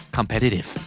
Competitive